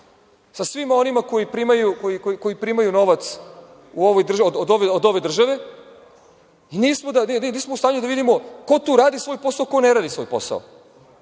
sa svima onima koji primaju novac od ove države. Nismo u stanju da vidimo ko tu radi svoj posao, ko ne radi svoj posao,